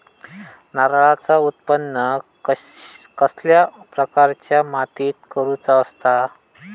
नारळाचा उत्त्पन कसल्या प्रकारच्या मातीत करूचा असता?